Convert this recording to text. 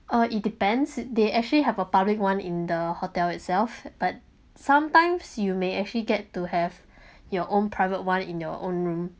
uh it depends they actually have a public one in the hotel itself but sometimes you may actually get to have your own private one in your own room